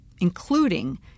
including